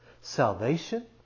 Salvation